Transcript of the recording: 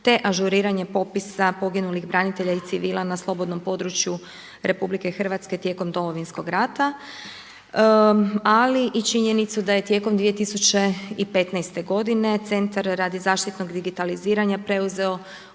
te ažuriranje popisa poginulih branitelja i civila na slobodnom području RH tijekom Domovinskog rata ali i činjenicu da je tijekom 2015. godine centar radi zaštitnog digitalizirana preuzeo